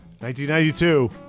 1992